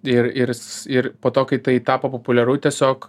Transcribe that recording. ir ir jis ir po to kai tai tapo populiaru tiesiog